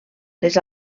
les